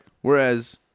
Whereas